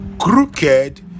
crooked